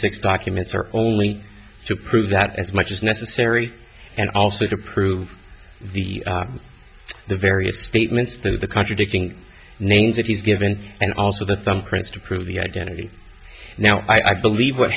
six documents are only to prove that as much as necessary and also to prove the the various statements that the contradicting names that he's given and also the thumb prints to prove the identity now i believe what